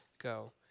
go